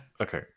Okay